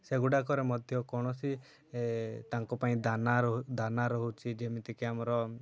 ସେଗୁଡ଼ାକରେ ମଧ୍ୟ କୌଣସି ତାଙ୍କ ପାଇଁ ଦାନା ଦାନା ରହୁଛି ଯେମିତିକି ଆମର